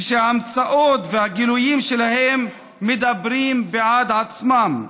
ושההמצאות והגילויים שלהם מדברים בעד עצמם,